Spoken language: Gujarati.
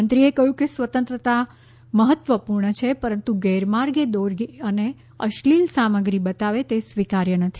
મંત્રીએ કહ્યું સ્વતંત્રતા મહત્વપૂર્ણ છે પરંતુ ગેરમાર્ગે દોરે અને અશ્લીલ સામગ્રી બતાવે તે સ્વીકાર્ય નથી